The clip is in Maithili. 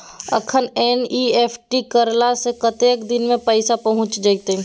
अखन एन.ई.एफ.टी करला से कतेक दिन में पैसा पहुँच जेतै?